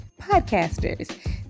podcasters